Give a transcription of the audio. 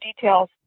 details